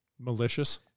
Malicious